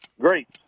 Great